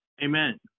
Amen